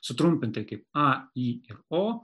sutrumpintai kai a i ir o